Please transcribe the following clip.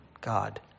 God